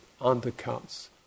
undercuts